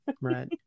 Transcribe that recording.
Right